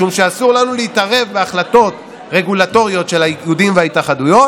משום שאסור לנו להתערב בהחלטות רגולטוריות של האיגודים וההתאחדויות,